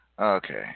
Okay